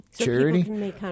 charity